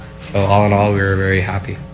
so all in all we were very happy.